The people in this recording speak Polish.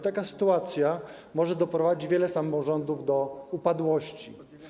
Taka sytuacja może doprowadzić wiele samorządów do upadłości.